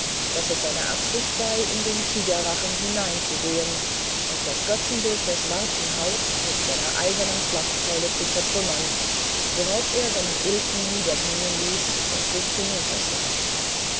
daß es seine absicht sei in den tigerrachen hineinzugehen und das götzenbild der schwarzen haut mit seiner eisernen schlachtkeule zu zertrümmern worauf er seinen ilfen niederknieen ließ und sich